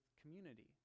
community